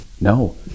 No